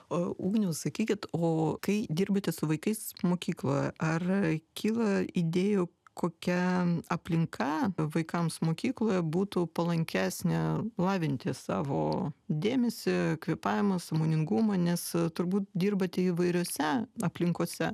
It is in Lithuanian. o ugniau sakykit o kai dirbate su vaikais mokykloje ar kyla idėjų kokia aplinka vaikams mokykloje būtų palankesnė lavinti savo dėmesį kvėpavimą sąmoningumą nes turbūt dirbate įvairiose aplinkose